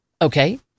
Okay